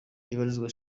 ibwirizwa